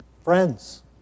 friends